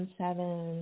seven